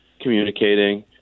communicating